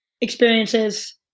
experiences